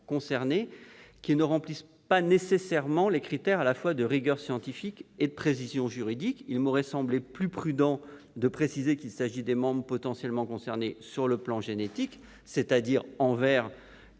cette rédaction ne respecte pas nécessairement les critères de rigueur scientifique et de précision juridique. Il m'aurait semblé plus prudent de préciser qu'il s'agit des membres potentiellement concernés sur le plan génétique, c'est-à-dire envers